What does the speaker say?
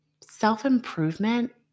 self-improvement